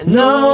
no